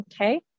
okay